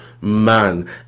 man